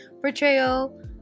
Portrayal